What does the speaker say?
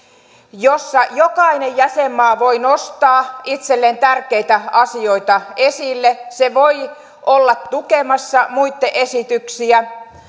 jossa jokainen jäsenmaa voi nostaa itselleen tärkeitä asioita esille se voi olla tukemassa muitten esityksiä